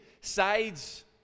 sides